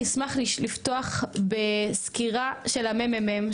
אני אשמח לפתוח בסקירה של הממ"מ,